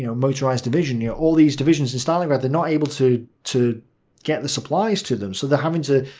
you know motorised division, you know, all these divisions in stalingrad they're not able to to get the supplies to them. so they're having to,